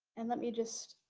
and let me just